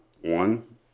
one